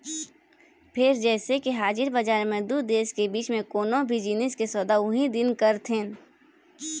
फेर जइसे के हाजिर बजार म दू देश के बीच म कोनो भी जिनिस के सौदा उहीं दिन कर देथन